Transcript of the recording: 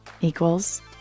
equals